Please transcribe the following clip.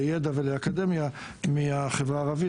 לידע ולאקדמיה מהחברה הערבית.